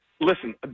listen